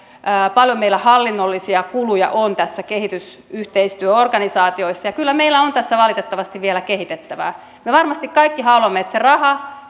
paljon meillä hallinnollisia kuluja on kehitysyhteistyöorganisaatioissa ja kyllä meillä on tässä valitettavasti vielä kehitettävää me varmasti kaikki haluamme että se raha